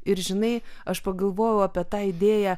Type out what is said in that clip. ir žinai aš pagalvojau apie tą idėją